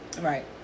right